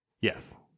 Yes